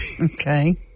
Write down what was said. Okay